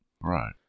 Right